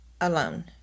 alone